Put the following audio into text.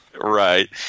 Right